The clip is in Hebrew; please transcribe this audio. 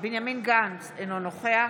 בנימין גנץ, אינו נוכח